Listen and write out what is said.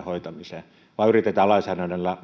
hoitamiseen vaan yritetään lainsäädännöllä